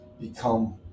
become